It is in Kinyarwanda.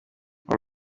uru